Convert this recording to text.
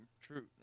True